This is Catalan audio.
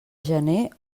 gener